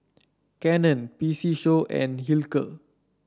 Canon P C Show and Hilker